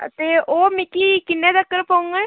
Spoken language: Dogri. अते ओह् मिकी किन्ने तक्कर पौङन